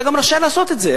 אתה רשאי גם לעשות את זה,